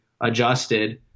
adjusted